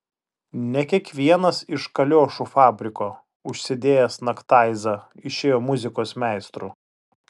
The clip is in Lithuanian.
ne kiekvienas iš kaliošų fabriko užsidėjęs naktaizą išėjo muzikos meistru